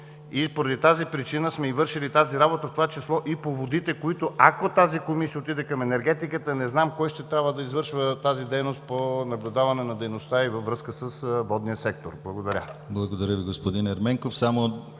и поради тази причина сме вършили тази работа, в това число и по водите, които, ако тази Комисия отиде към енергетиката не знам кой ще трябва да извършва тази дейност по наблюдаване на дейността ѝ във връзка с водния сектор. Благодаря.